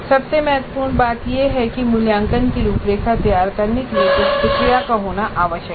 सबसे महत्वपूर्ण बात यह है कि मूल्यांकन की रूपरेखा तैयार करने के लिए कुछ प्रक्रिया का होना आवश्यक है